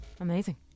Amazing